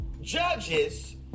judges